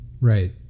Right